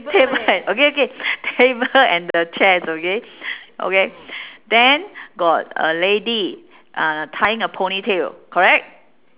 table a~ okay okay table and the chairs okay okay then got a lady uh tying a ponytail correct